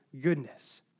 goodness